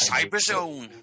CyberZone